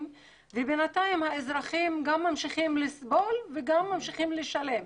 ובינתיים האזרחים גם ממשיכים לסבול וגם ממשיכים לשלם.